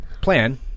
plan